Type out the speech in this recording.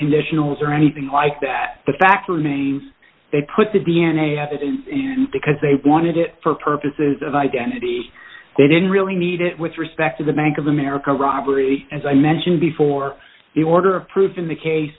conditionals or anything like that the fact remains they put the d n a evidence because they wanted it for purposes of identity they didn't really need it with respect to the bank of america robbery as i mentioned before the order